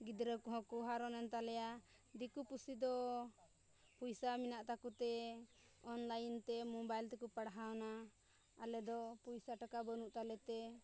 ᱜᱤᱫᱽᱨᱟᱹ ᱠᱚᱦᱚᱸ ᱠᱚ ᱦᱟᱨᱚᱱᱮᱱ ᱛᱟᱞᱮᱭᱟ ᱫᱤᱠᱩ ᱯᱩᱥᱤ ᱫᱚ ᱯᱚᱭᱥᱟ ᱢᱮᱱᱟᱜ ᱛᱟᱠᱚ ᱛᱮ ᱚᱱᱞᱟᱭᱤᱱ ᱛᱮ ᱢᱳᱵᱟᱭᱤᱞ ᱛᱮᱠᱚ ᱯᱟᱲᱦᱟᱣᱱᱟ ᱟᱞᱮ ᱫᱚ ᱯᱚᱭᱥᱟ ᱴᱟᱠᱟ ᱵᱟᱹᱱᱩᱜ ᱛᱟᱞᱮ ᱛᱮ